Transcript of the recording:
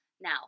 Now